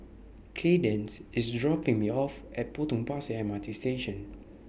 Kaydence IS dropping Me off At Potong Pasir M R T Station